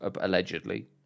allegedly